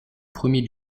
premier